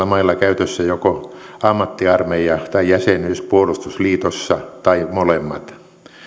mailla käytössä joko ammattiarmeija tai jäsenyys puolustusliitossa tai molemmat